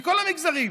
מכל המגזרים.